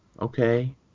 Okay